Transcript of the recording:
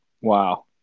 Wow